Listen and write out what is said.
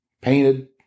painted